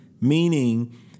meaning